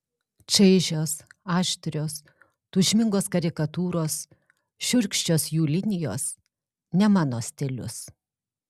čaižios aštrios tūžmingos karikatūros šiurkščios jų linijos ne mano stilius